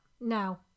No